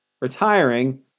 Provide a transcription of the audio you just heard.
retiring